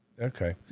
Okay